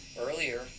earlier